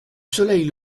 soleil